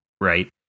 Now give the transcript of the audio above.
right